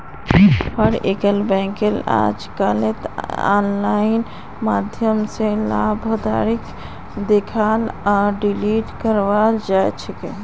हर एकखन बैंकत अजकालित आनलाइन माध्यम स लाभार्थीक देखाल आर डिलीट कराल जाबा सकेछे